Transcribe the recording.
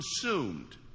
consumed